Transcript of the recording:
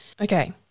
Okay